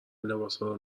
لباسارو